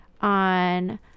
on